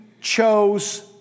chose